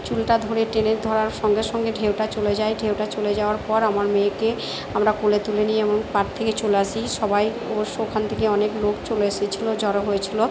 চুলটা ধরে টেনে ধরার সঙ্গে সঙ্গে ঢেউটা চলে যায় ঢেউটা চলে যাওয়ার পর আমার মেয়েকে আমরা কোলে তুলে নিই এবং পাড় থেকে চলে আসি সবাই ওর স ওখান থেকে অনেক লোক চলে এসেছিল জড়ো হয়েছিল